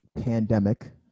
pandemic